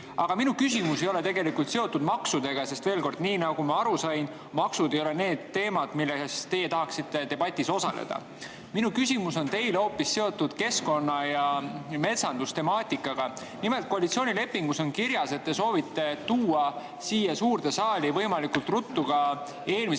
minu küsimus ei ole seotud maksudega, sest veel kord, nii nagu ma aru sain, maksud ei ole see teema, mille üle teie tahaksite debatti pidada. Minu küsimus teile on seotud hoopis keskkonna‑ ja metsandustemaatikaga. Nimelt on koalitsioonilepingus kirjas, et te soovite siia suurde saali võimalikult ruttu tuua eelmise